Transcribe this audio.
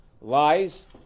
lies